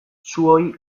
zuoi